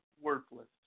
worthless